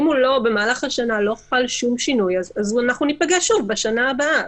אם במהלך השנה לא חל שום שינוי אז אנחנו ניפגש שוב בשנה הבאה,